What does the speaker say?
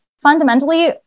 fundamentally